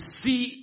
see